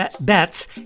bets